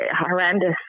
horrendous